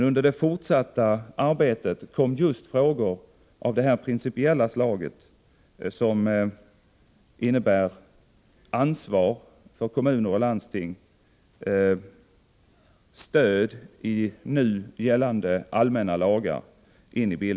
Under det fortsatta arbetet kom emellertid frågor av principiellt slag in i bilden, som gällde ansvaret hos kommuner och landsting samt stödet i nu gällande allmänna lagar.